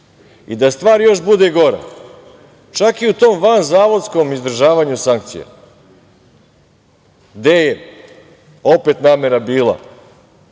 stvar još bude gora, čak i u tom vanzavodskom izdržavanju sankcija, gde je opet namera bila